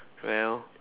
well